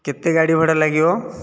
କେତେ ଗାଡ଼ି ଭଡ଼ା ଲାଗିବ